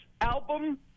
album